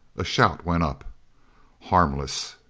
a shout went up harmless!